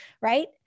right